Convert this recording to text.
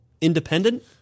independent